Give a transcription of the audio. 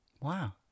Wow